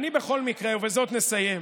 אני בכל מקרה, ובזאת נסיים,